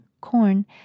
corn